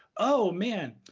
oh, man,